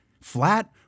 Flat